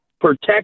protect